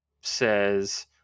says